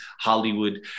Hollywood